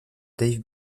dave